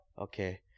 Okay